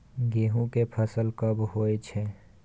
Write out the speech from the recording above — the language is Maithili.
गेहूं के फसल कब होय छै?